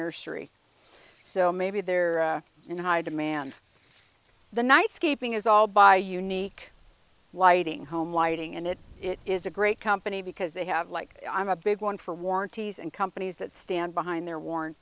nursery so maybe they're in high demand the night scaping is all by unique lighting home lighting and it is a great company because they have like i'm a big one for warranties and companies that stand behind their worn